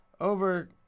over